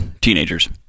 teenagers